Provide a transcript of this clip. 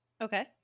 Okay